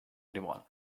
anyone